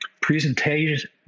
presentation